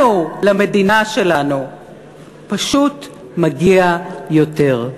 לנו, למדינה שלנו פשוט מגיע יותר.